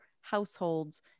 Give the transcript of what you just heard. households